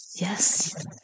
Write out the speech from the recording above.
Yes